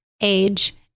age